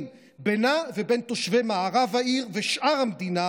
בינה ובין תושבי מערב העיר ושאר המדינה,